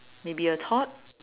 may be a thought